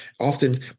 often